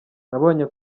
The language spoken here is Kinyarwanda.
nabonye